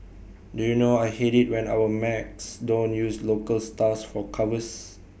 do you know I hate IT when our mags don't use local stars for covers